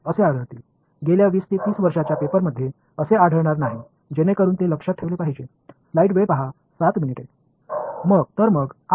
எனவே ஆவணங்களில் நீண்ட சமன்பாடுகள் இருந்தன என்பதை நீங்கள் காண்பீர்கள் கடைசி 20 30 ஆண்டுகளில் காகிதங்களில் அதுபோன்று இருக்காது எனவே இது மனதில் கொள்ள வேண்டிய ஒன்று